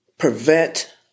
prevent